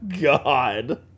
God